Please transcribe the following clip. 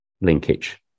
linkage